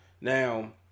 Now